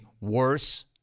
worse